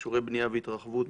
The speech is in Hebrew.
אישורי בנייה והתרחבות,